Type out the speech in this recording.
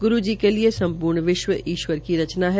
गुरू जी के लिए सम्पर्ण विश्व ईश्वर की रचना है